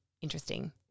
interesting